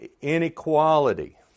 inequality